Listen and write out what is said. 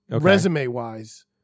resume-wise